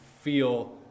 feel